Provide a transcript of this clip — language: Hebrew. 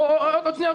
עוד שניה.